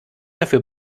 dafür